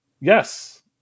yes